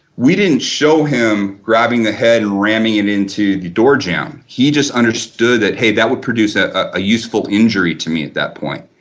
we didn't show him grabbing the head and ramming it into the doorjamb. he just understood that hey that would produce a a useful injury to me at that point.